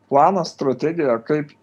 planas strategija kaip